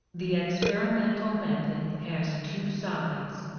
the experimental method has two sides.